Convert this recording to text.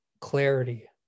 clarity